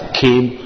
came